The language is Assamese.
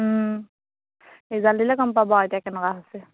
ৰিজাল্ট দিলে গম পাব আৰু এতিয়া কেনেকুৱা হৈছে